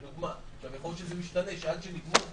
גם יכול להיות שזה ישתנה עד שנגמור פה,